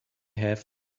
have